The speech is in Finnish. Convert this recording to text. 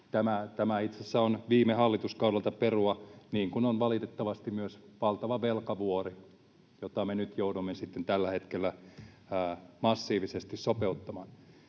on viime hallituskaudelta perua, niin kuin on valitettavasti myös valtava velkavuori, jota me nyt joudumme sitten tällä hetkellä massiivisesti sopeuttamaan.